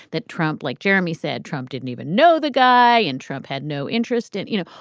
that trump, like jeremy said, trump didn't even know the guy in trump had no interest in. you know,